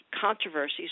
controversies